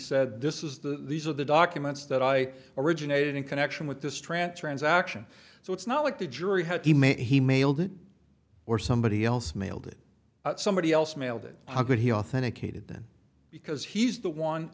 said this is the these are the documents that i originated in connection with this transfer and action so it's not like the jury had he made he mailed it or somebody else mailed it somebody else mailed it how could he authenticated then because he's the one